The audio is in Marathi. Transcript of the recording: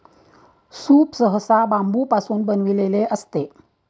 सूप सहसा बांबूपासून बनविलेले असते